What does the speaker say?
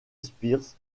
spears